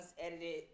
edited